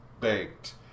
baked